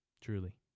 Truly